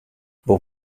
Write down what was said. but